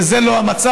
וזה לא המצב.